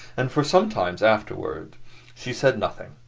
and for some time afterward she said nothing.